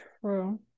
True